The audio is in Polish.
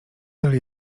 tyle